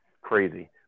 crazy